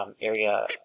area